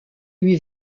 lui